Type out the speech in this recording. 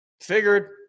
figured